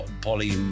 poly